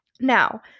Now